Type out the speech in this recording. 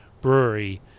Brewery